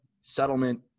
settlement